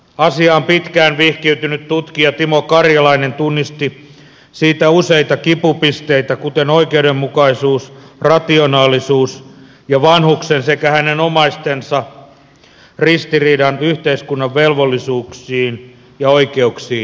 asiaan pitkään vihkiytynyt tutkija timo karjalainen tunnisti siitä useita kipupisteitä kuten oikeudenmukaisuuden rationaalisuuden ja vanhuksen sekä hänen omaistensa ristiriidan yhteiskunnan velvollisuuksiin ja oikeuksiin nähden